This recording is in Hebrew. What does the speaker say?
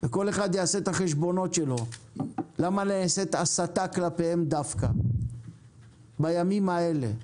וכל אחד יעשה את החשבונות שלו למה נעשית הסתה כלפיהם דווקא בימים האלה.